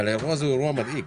זה אירוע מדאיג.